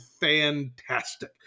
fantastic